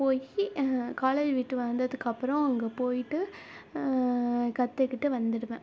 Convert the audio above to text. போய் காலேஜ் விட்டு வந்ததுக்கு அப்பறம் அங்கே போயிட்டு கற்றுக்கிட்டு வந்திருவேன்